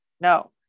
no